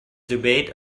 debate